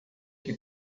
que